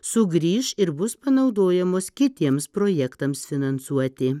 sugrįš ir bus panaudojamos kitiems projektams finansuoti